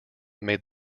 made